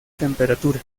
temperatura